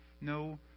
No